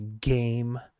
game